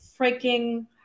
freaking